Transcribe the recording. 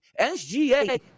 SGA